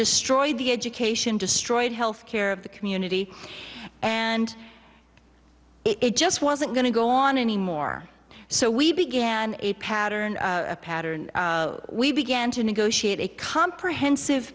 destroyed the education destroyed healthcare of the community and it just wasn't going to go on anymore so we began a pattern a pattern we began to negotiate a comprehensive